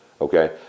okay